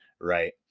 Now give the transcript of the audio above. right